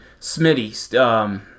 Smitty